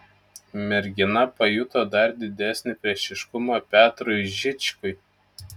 mergina pajuto dar didesnį priešiškumą petrui žičkui